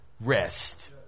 rest